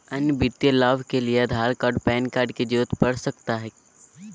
अन्य वित्तीय लाभ के लिए आधार कार्ड पैन कार्ड की जरूरत पड़ सकता है?